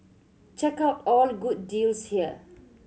check out all good deals here